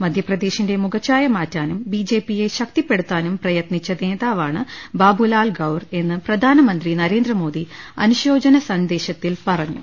മധ്യപ്രദേശിന്റെ മുഖഛായ മാറ്റാനും B J പിയെ ശക്തി പ്പെടുത്താനും പ്രയത്നിച്ച നേതാവാണ് ബാബുലാൽ ഗൌർ എന്ന് പ്രധാനമന്ത്രി നരേന്ദ്രമോദി അനുശോചന സന്ദേശത്തിൽ പറഞ്ഞു